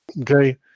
Okay